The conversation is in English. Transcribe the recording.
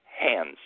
hands